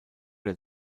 der